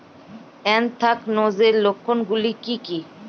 Anthracnose এর লক্ষণ গুলো কি কি?